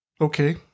Okay